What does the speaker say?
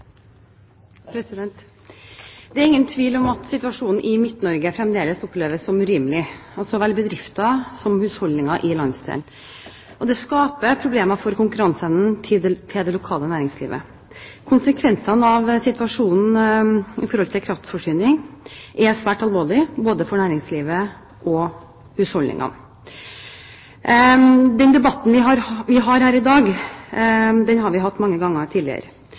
ingen tvil om at kraftsituasjonen i Midt-Norge fremdeles oppleves som urimelig av så vel bedrifter som husholdninger i landsdelen. Det skaper problemer for konkurranseevnen til det lokale næringslivet. Konsekvensene av situasjonen når det gjelder kraftforsyning, er svært alvorlige, både for næringslivet og husholdningene. En slik debatt som vi har her i dag, har vi hatt mange ganger tidligere.